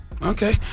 Okay